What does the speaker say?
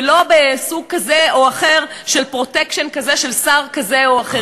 ולא סוג כזה או אחר של "פרוטקשן" כזה של שר כזה או אחר?